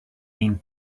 being